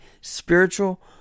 spiritual